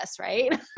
right